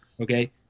Okay